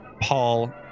Paul